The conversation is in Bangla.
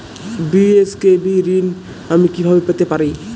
বি.এস.কে.বি ঋণ আমি কিভাবে পেতে পারি?